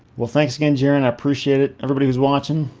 well thanks again jaron, i appreciate it. everybody who's watching,